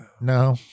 No